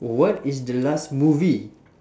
what is the last movie